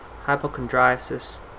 hypochondriasis